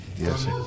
Yes